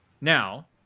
Now